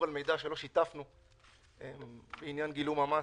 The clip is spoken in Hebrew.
על מידע שלא שיתפנו בעניין גילום המס.